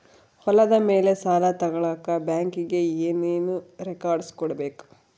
ಹೊಲದ ಮೇಲೆ ಸಾಲ ತಗಳಕ ಬ್ಯಾಂಕಿಗೆ ಏನು ಏನು ರೆಕಾರ್ಡ್ಸ್ ಕೊಡಬೇಕು?